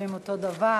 חושבים אותו דבר.